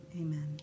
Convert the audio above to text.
Amen